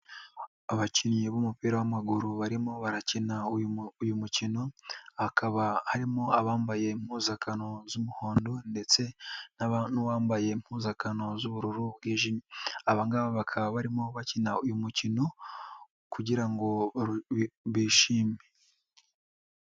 Abakinnyi b'umupira w'amaguru barimo barakina uyu mukino, hakaba harimo abambaye impuzakano z'umuhondo ndetse n'uwambaye impuzankano z'ubururu bwijimye, aba ngaba bakaba barimo bakina uyu mukino kugira ngo bishime.